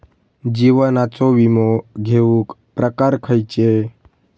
जीवनाचो विमो घेऊक प्रकार खैचे?